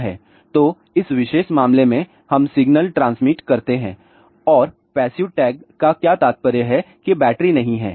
तो इस विशेष मामले में हम सिग्नल ट्रांसमिट करते हैं और पैसिव टैग का क्या तात्पर्य है कि बैटरी नहीं है